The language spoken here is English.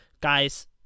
Guys